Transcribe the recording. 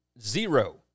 zero